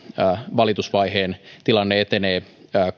valitusvaiheen tilanne etenee